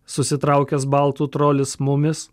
susitraukęs baltų trolis mumis